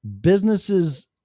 businesses